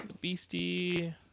beastie